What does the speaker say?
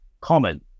common